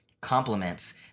compliments